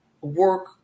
work